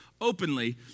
openly